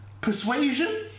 Persuasion